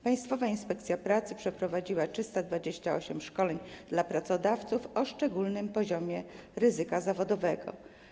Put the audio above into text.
Państwowa Inspekcja Pracy przeprowadziła 328 szkoleń dla pracodawców na temat szczególnego poziomu ryzyka zawodowego.